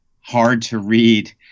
hard-to-read